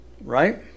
Right